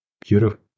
Beautiful